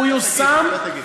הוא כן יושם.